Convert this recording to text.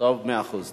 מאה אחוז.